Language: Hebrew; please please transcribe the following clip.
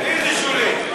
איזה שולית?